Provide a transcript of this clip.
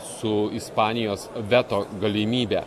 su ispanijos veto galimybe